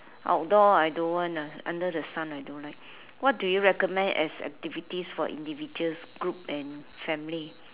outdoor I don't want ah under the sun I don't like what do you recommend as activities for individuals group and family